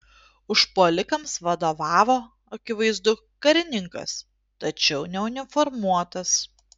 užpuolikams vadovavo akivaizdu karininkas tačiau neuniformuotas